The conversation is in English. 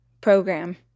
program